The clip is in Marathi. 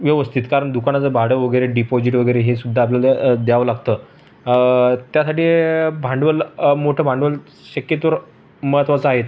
व्यवस्थित कारण दुकानाचं भाडं वगैरे डिपॉजिट वगैरे हे सुद्धा आपल्याला द्यावं लागतं त्यासाठी हे भांडवल मोठं भांडवल शक्यतोवर महत्त्वाचं आहेच